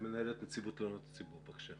מנהלת נציבות תלונות הציבור, בבקשה.